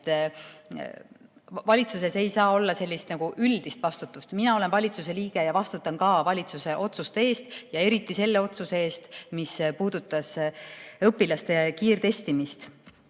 Valitsuses ei saa olla sellist üldist vastutust. Mina olen valitsuse liige ja vastutan ka valitsuse otsuste eest, ja eriti selle otsuse eest, mis puudutas õpilaste kiirtestimist. Tahan